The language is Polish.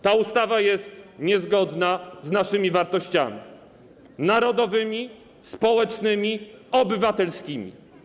Ta ustawa jest niezgodna z naszymi wartościami: narodowymi, społecznymi, obywatelskimi.